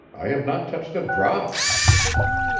i have not touched a drop.